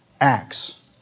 acts